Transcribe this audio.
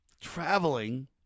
traveling